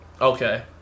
okay